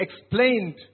explained